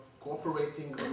cooperating